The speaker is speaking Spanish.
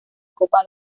copa